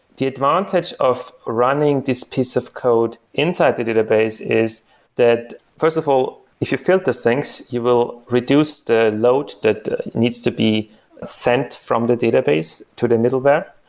the advantage of running this piece of code inside the database is that, first of all, if you filter things, you will reduce the load that it needs to be sent from the database to the middleware.